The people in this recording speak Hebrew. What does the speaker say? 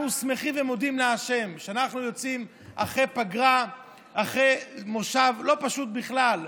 אנחנו שמחים ומודים לה' שאנחנו יוצאים לפגרה אחרי מושב לא פשוט בכלל,